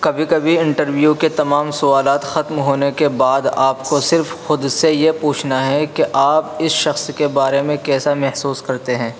کبھی کبھی انٹرویو کے تمام سوالات ختم ہونے کے بعد آپ کو صرف خود سے یہ پوچھنا ہے کہ آپ اس شخص کے بارے میں کیسا محسوس کرتے ہیں